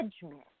judgment